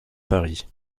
paris